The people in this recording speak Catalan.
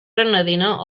granadina